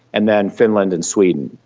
and then finland and sweden.